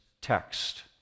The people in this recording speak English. text